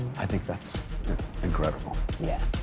i think that's incredible. yeah!